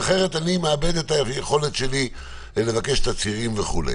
אחרת אני מאבד את היכולת שלי לבקש תצהירים וכו'.